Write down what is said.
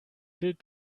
bild